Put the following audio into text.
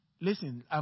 Listen